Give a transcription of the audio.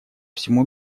всему